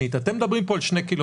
אפשר להכניס את זה כהגדרה כאן